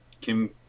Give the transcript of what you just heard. Kim